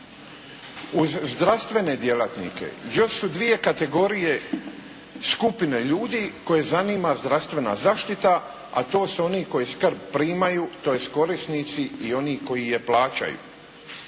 Uz zdravstvene djelatnike još su dvije kategorije skupine ljudi koje zanima zdravstvena zaštita, a to su oni koji skrb primaju, tj. korisnici i oni koji je plaćaju.